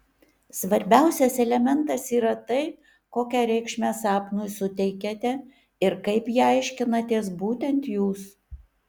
svarbiausias elementas yra tai kokią reikšmę sapnui suteikiate ir kaip jį aiškinatės būtent jūs